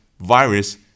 virus